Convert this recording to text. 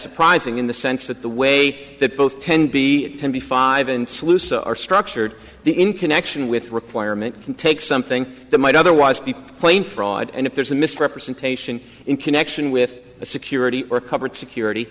surprising in the sense that the way that both ten b ten b five and sluice are structured the in connection with requirement can take something that might otherwise be plain fraud and if there's a misrepresentation in connection with a security or covered security